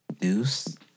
Deuce